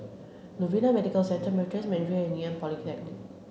Novena Medical Centre Meritus Mandarin and Ngee Ann Polytechnic